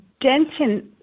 dentin